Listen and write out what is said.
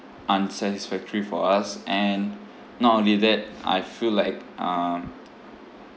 unsatisfactory for us and not only that I feel like um